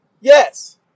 Yes